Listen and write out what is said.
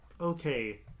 okay